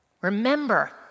Remember